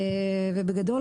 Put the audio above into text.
בגדול,